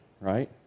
right